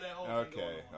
Okay